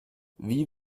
wie